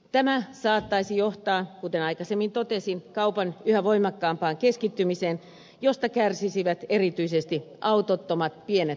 tämä saattaisi johtaa kuten aikaisemmin totesin kaupan yhä voimakkaampaan keskittymiseen josta kärsisivät erityisesti autottomat pienet taloudet